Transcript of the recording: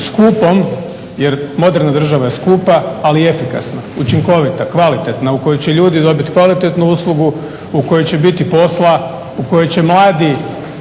skupom jer moderna država je skupa, ali efikasna, učinkovita, kvalitetna, u kojoj će ljudi dobit kvalitetnu uslugu, u kojoj će biti posla, u kojoj će mladi